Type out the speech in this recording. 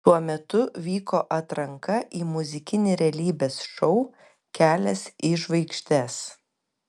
tuo metu vyko atranka į muzikinį realybės šou kelias į žvaigždes